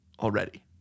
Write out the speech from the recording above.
already